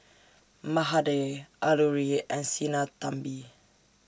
Mahade Alluri and Sinnathamby